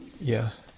yes